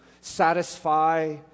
satisfy